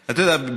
אתה יודע,